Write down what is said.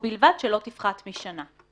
ובלבד שלא תפחת משנה.